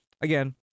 again